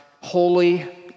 holy